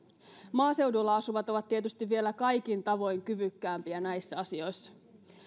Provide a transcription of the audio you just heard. maaseudulla asuvat ovat tietysti vielä kaikin tavoin kyvykkäämpiä näissä asioissa